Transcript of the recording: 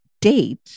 date